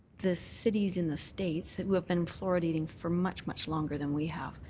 the cities in the states who have been fluoridating for much, much longer than we have,